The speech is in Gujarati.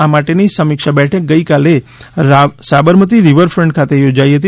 આ માટેની સમીક્ષા બેઠક ગઈકાલે સાબરમતી રીવરફન્ટ ખાતે યોજાઈ હતી